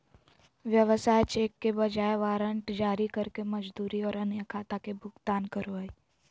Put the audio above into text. व्यवसाय चेक के बजाय वारंट जारी करके मजदूरी और अन्य खाता के भुगतान करो हइ